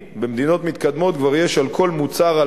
במדינות מתקדמות כבר יש על כל מוצר על